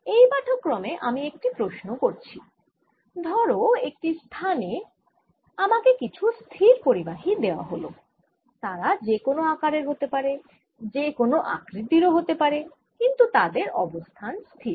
এই পাঠক্রমে আমি একটি প্রশ্ন করছি ধরো একটি স্থানে আমাকে কিছু স্থির পরিবাহী দেওয়া হল তারা যে কোনও আকারের হতে পারে যে কোনও আকৃতির ও হতে পারে কিন্তু তাদের অবস্থান স্থির